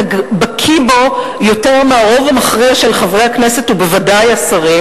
אתה בקי בו יותר מהרוב המכריע של חברי הכנסת ובוודאי השרים,